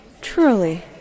Truly